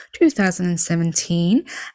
2017